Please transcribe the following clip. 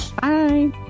bye